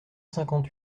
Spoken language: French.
cinquante